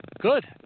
Good